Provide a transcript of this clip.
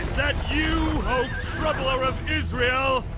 that you, o troubler of israel?